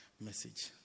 message